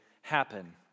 happen